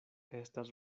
estas